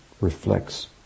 reflects